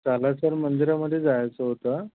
सालासर मंदिरामध्ये जायचं होतं